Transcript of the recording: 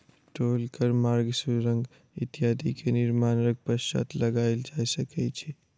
टोल कर मार्ग, सुरंग इत्यादि के निर्माणक पश्चात लगायल जा सकै छै